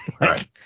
Right